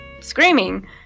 screaming